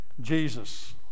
Jesus